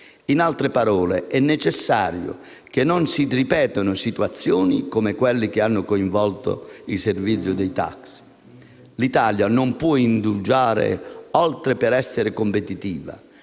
In altre parole, è necessario che non si ripetano situazioni come quelle che hanno coinvolto il servizio dei taxi. L'Italia non può indugiare oltre per essere competitiva,